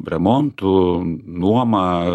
remontu nuoma